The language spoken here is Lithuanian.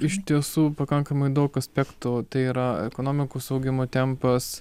iš tiesų pakankamai daug aspektų tai yra ekonomikos augimo tempas